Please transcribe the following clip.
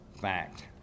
Fact